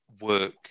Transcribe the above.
work